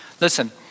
Listen